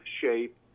shape